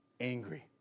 Angry